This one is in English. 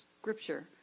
scripture